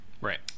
right